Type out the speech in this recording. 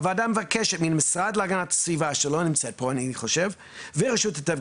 הוועדה מבקשת מהמשרד להגנת הסביבה, ורשות הטבע